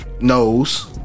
Knows